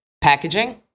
packaging